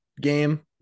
game